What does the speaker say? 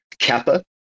Kappa